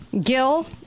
Gil